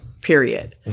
period